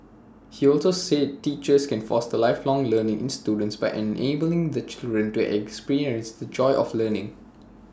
he also said teachers can foster lifelong learning in students by enabling the children to experience the joy of learning